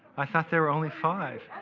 i thought there were only five.